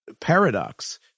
paradox